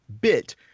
bit